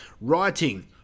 Writing